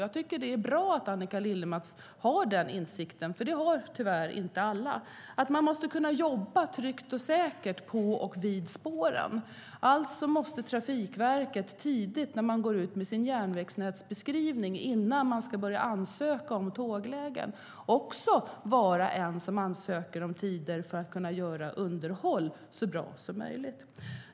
Jag tycker att det är bra att Annika Lillemets har insikten - för det har tyvärr inte alla - att man måste kunna jobba tryggt och säkert på och vid spåren. Alltså måste Trafikverket när det går ut med sin järnvägsnätsbeskrivning också tidigt, innan det ska börja ansökas om tåglägen, ansöka om tider för att kunna göra underhåll så bra som möjligt.